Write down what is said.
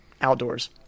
outdoors